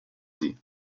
sie